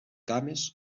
cames